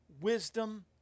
wisdom